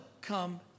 come